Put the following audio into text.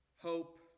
hope